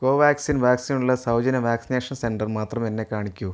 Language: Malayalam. കോവാക്സിൻ വാക്സിൻ ഉള്ള സൗജന്യ വാക്സിനേഷൻ സെൻ്റർ മാത്രം എന്നെ കാണിക്കൂ